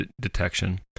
detection